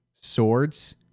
swords